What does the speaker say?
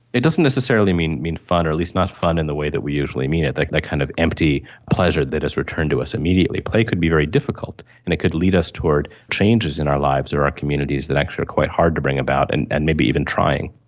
it doesn't necessarily mean mean fun or at least not fun in the way that we usually mean it, that that kind of empty pleasure that is returned to us immediately. play could be very difficult and it could lead us toward changes in our lives or our communities are actually quite hard to bring about and and maybe even trying.